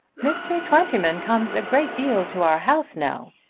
mr. twentyman comes a great deal to our house now,